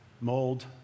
mold